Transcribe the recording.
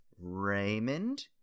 Raymond